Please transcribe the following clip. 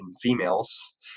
females